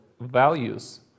values